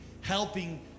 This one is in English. helping